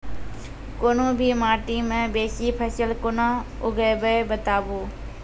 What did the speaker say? कूनू भी माटि मे बेसी फसल कूना उगैबै, बताबू?